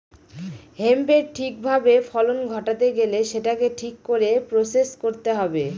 হেম্পের ঠিক ভাবে ফলন ঘটাতে গেলে সেটাকে ঠিক করে প্রসেস করতে হবে